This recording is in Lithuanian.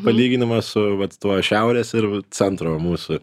palyginimą su vat tuo šiaurės ir centro mūsų